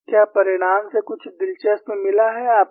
क्या परिणाम से कुछ दिलचस्प मिला है आपको